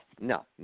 no